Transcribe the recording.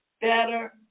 better